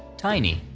tiny,